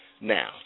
Now